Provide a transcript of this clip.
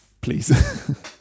please